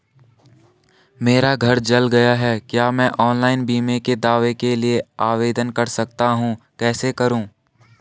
मेरा घर जल गया है क्या मैं ऑनलाइन बीमे के दावे के लिए आवेदन कर सकता हूँ कैसे करूँ?